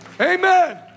Amen